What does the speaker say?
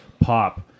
pop